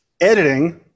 editing